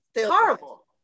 Horrible